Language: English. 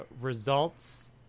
results